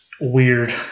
weird